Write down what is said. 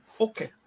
Okay